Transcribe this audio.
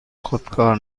خودکار